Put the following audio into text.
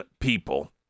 people